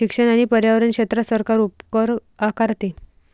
शिक्षण आणि पर्यावरण क्षेत्रात सरकार उपकर आकारते